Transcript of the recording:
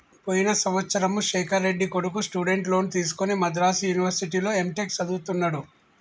పోయిన సంవత్సరము శేఖర్ రెడ్డి కొడుకు స్టూడెంట్ లోన్ తీసుకుని మద్రాసు యూనివర్సిటీలో ఎంటెక్ చదువుతున్నడు